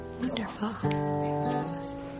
Wonderful